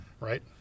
right